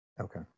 Okay